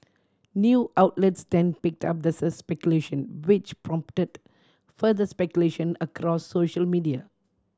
news outlets then picked up the speculation which prompted further speculation across social media